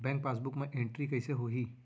Bank passbook मा entry कइसे होही?